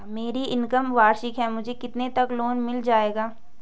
मेरी इनकम वार्षिक है मुझे कितने तक लोन मिल जाएगा?